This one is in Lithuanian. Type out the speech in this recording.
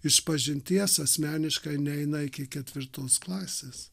išpažinties asmeniškai neina iki ketvirtos klasės